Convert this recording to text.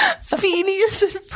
Phineas